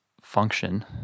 function